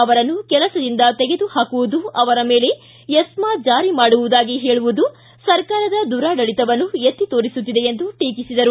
ಅವರನ್ನು ಕೆಲಸದಿಂದ ತೆಗೆದು ಪಾಕುವುದು ಅವರ ಮೇಲೆ ಎಸ್ನಾ ಜಾರಿ ಮಾಡುವುದಾಗಿ ಹೇಳುವುದು ಸರ್ಕಾರದ ದುರಾಳಿತವನ್ನು ಎತ್ತಿ ತೊರಿಸುತ್ತಿದೆ ಎಂದು ಟೀಕಿಸಿದರು